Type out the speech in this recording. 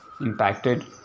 impacted